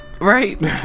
Right